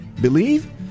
Believe